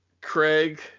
Craig